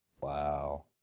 wow